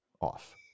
off